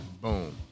Boom